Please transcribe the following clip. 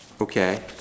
okay